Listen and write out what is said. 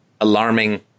Alarming